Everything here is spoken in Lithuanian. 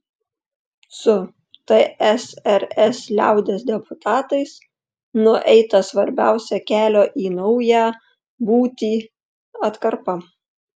su tsrs liaudies deputatais nueita svarbiausia kelio į naują būtį atkarpa